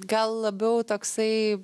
gal labiau toksai